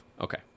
okay